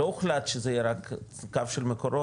לא הוחלט שזה יהיה רק קו של מקורות,